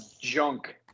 junk